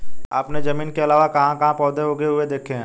आपने जमीन के अलावा कहाँ कहाँ पर पौधे उगे हुए देखे हैं?